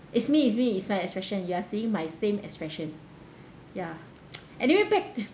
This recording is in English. it's me it's me it's my expression you are seeing my same expression ya anyway back t~